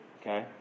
okay